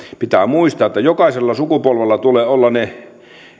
pitää muistaa että jokaisella sukupolvella tulee olla ne